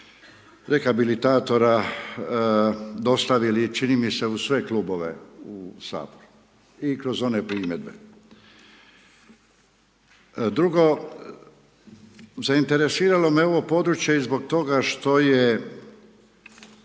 rehabilitatora dostavili čini mi se u sve klubove u Saboru i kroz one primjedbe. Drugo zainteresiralo me ovo područje i zbog toga što je